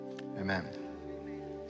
amen